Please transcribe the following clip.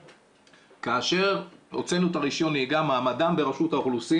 כאשר הוצאנו את רישיון הנהיגה מעמדם ברשות האוכלוסין